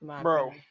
Bro